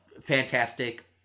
fantastic